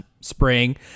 spring